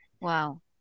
Wow